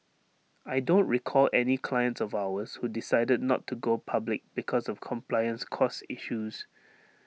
I don't recall any clients of ours who decided not to go public because of compliance costs issues